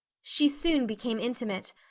she soon became intimate,